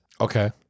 Okay